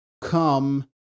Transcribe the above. come